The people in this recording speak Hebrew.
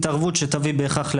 התערבות שתביא בהכרח לעריצות,